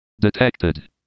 Detected